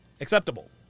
acceptable